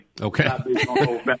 Okay